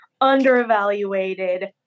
under-evaluated